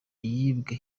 yibwe